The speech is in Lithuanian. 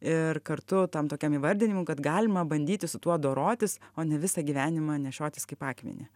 ir kartu tam tokiam įvardinimui kad galima bandyti su tuo dorotis o ne visą gyvenimą nešiotis kaip akmenį